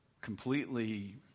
completely